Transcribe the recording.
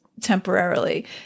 temporarily